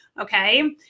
okay